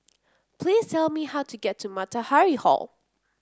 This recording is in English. please tell me how to get to Matahari Hall